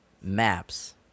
Maps